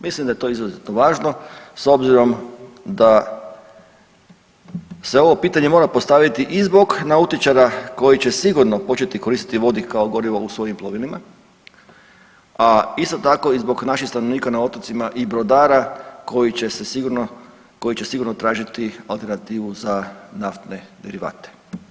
Mislim da je to izrazito važno s obzirom da se ovo pitanje mora postaviti i zbog nautičara koji će sigurno početi koristiti vodik kao gorivo u svojim plovilima, a isto tako i zbog naših stanovnika na otocima i brodara koji će sigurno tražiti alternativu za naftne derivate.